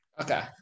Okay